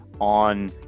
on